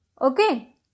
Okay